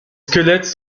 squelettes